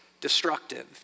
destructive